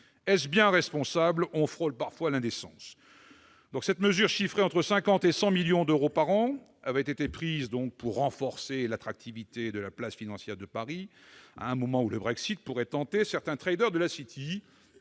Est-ce bien responsable ? On frôle parfois l'indécence ... Cette mesure, qui coûterait entre 50 millions d'euros et 100 millions d'euros par an, avait été prise pour renforcer l'attractivité de la place financière de Paris. On a pensé que le Brexit pourrait inciter certains traders de la City